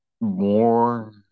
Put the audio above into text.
more